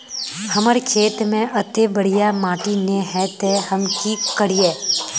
हमर खेत में अत्ते बढ़िया माटी ने है ते हम की करिए?